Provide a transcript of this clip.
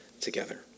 together